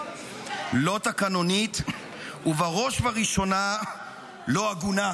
לא תקנונית ובראש ובראשונה לא הגונה,